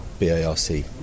BARC